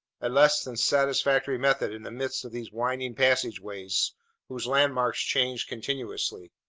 a less than satisfactory method in the midst of these winding passageways whose landmarks change continuously.